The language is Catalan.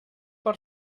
per